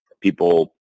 people